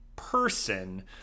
Person